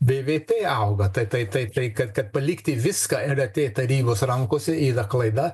bvp auga tai tai kad kad palikti viską lrt tarybos rankose yra klaida